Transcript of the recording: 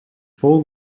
full